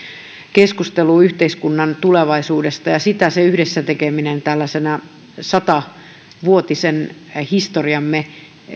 keskustelua yhteiskunnan tulevaisuudesta ja sitä sen yhdessä tekemisen tällaisena satavuotisen historiamme